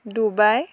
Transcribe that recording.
Dubai